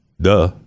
Duh